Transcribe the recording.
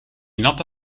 natte